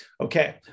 Okay